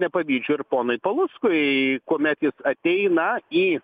nepavydžiu ir ponui paluckui kuomet ateina į